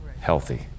healthy